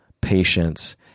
patience